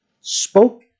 spoke